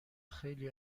خیلی